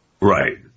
Right